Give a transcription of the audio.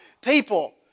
people